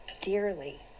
dearly